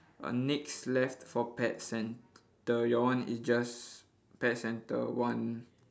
uh next left for pet centre your one is just pet centre one